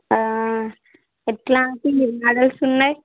ఎలాంటి మాడల్స్ వున్నాయి